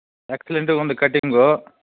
ఎక్సలెంట్గా ఉంది కటింగు